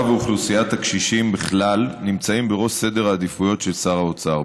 ואוכלוסיית הקשישים בכלל נמצאים בראש סדר העדיפויות של שר האוצר.